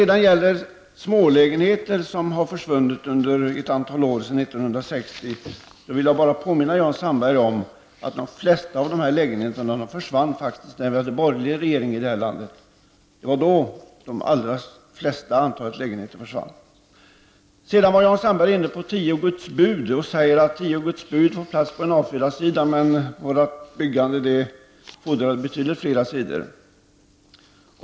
I fråga om smålägenheter, som har försvunnit under ett antal år sedan 1960, vill jag bara påminna Jan Sandberg om att de flesta av dessa lägenheter faktiskt försvann när vi hade borgerlig regering här i landet. Sedan sade Jan Sandberg att tio Guds bud fick plats på en A4-sida, medan vårt byggande fordrar betydligt fler sidor.